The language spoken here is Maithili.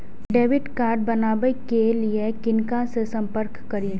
डैबिट कार्ड बनावे के लिए किनका से संपर्क करी?